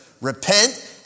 Repent